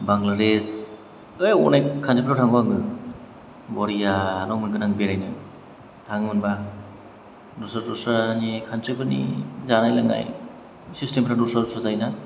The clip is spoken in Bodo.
बांग्लादेश अनेक कानत्रिफ्राव थांगौ आङो बरियाल' मोनगोन आं बेरायनो थांनो मोनबा दस्रा दस्रानि कानत्रिफोरनि जानाय लोंनाय सिस्टेमफ्रा दस्रा दस्रा जायोना